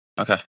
Okay